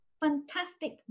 Fantastic